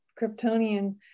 Kryptonian